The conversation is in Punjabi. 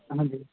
ਹਾਂਜੀ